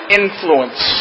influence